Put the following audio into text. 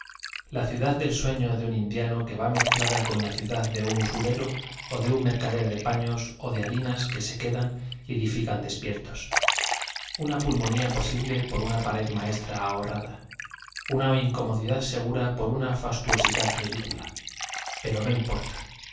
la ciudad del sueño de un indiano que va mezclada con la ciudad de un usurero o de un mercader de paños o de harinas que se quedan y edifican despiertos una pulmonía posible por una pared maestra ahorrada una incomodidad segura por una fastuosidad ridícula pero no importa